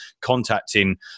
contacting